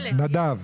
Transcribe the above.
נדב.